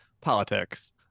politics